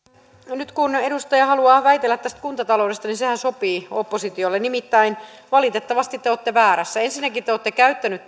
puhemies nyt kun edustaja haluaa väitellä tästä kuntataloudesta niin sehän sopii oppositiolle nimittäin valitettavasti te te olette väärässä ensinnäkin te olette käyttänyt